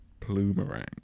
plumerang